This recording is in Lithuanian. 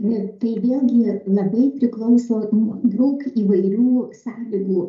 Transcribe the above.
nu tai vėlgi labai priklauso daug įvairių sąlygų